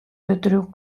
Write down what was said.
bedriuw